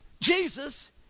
Jesus